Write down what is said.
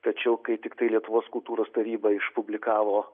tačiau kai tiktai lietuvos kultūros taryba išpublikavo